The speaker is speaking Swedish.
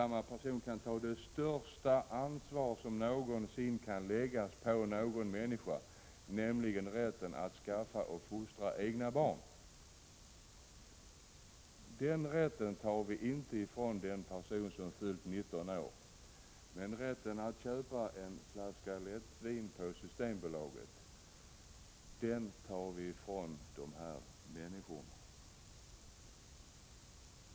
De kan ta det största ansvar som någonsin kan läggas på någon människa, nämligen rätten att skaffa och fostra egna barn. Den rätten tar vi inte ifrån de personer som fyllt 19 år, men rätten att köpa en flaska lättvin på Systembolaget den tar vi ifrån dessa människor.